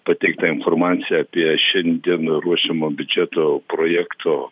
pateiktą informaciją apie šiandien ruošiamo biudžeto projekto